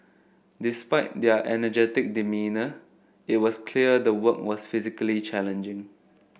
despite their energetic demeanour it was clear the work was physically challenging